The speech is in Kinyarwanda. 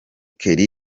kelly